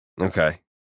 Okay